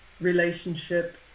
relationship